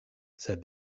said